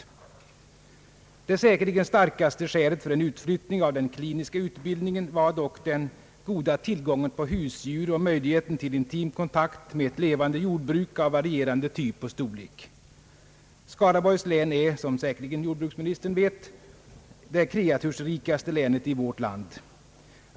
Det säkerligen starkaste skälet för en utflyttning av den kliniska utbildningen var dock den goda tillgången på husdjur och möjligheten till intim kontakt med ett levande jordbruk av varierande typ och storlek. Skaraborgs län är, som ju jordbruksministern vet, det kreatursrikaste länet i vårt land.